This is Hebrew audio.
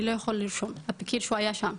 אני לא יכול לרשום", הפקיד שהיה שם,